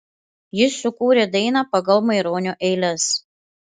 jis sukūrė dainą pagal maironio eiles